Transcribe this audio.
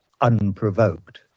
unprovoked